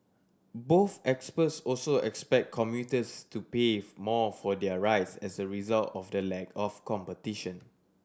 both experts also expect commuters to pay more for their rides as a result of the lack of competition